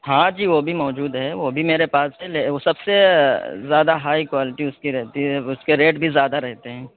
ہاں جی وہ بھی موجود ہے وہ بھی میرے پاس ہے وہ سب سے زیادہ ہائی کوالٹی اس کی رہتی ہے اس کے ریٹ بھی زیادہ رہتے ہیں